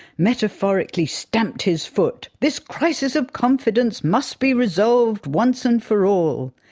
metaphorically stamped his foot this crisis of confidence must be resolved once and for all!